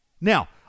Now